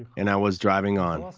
and i was driving on.